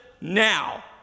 now